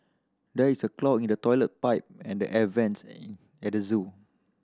there is a clog in the toilet pipe and the air vents at the zoo